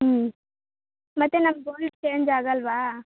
ಹ್ಞೂ ಮತ್ತು ನಮ್ಮ ಗೋಲ್ಡ್ ಚೇಂಜ್ ಆಗಲ್ಲವಾ